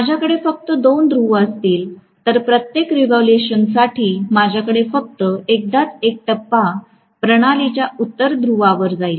माझ्याकडे फक्त दोन ध्रुव असतील तर प्रत्येक रेव्होल्यूशन साठी माझ्याकडे फक्त एकदाच एक टप्पा प्रणालीच्या उत्तर ध्रुवावर जाईल